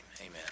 amen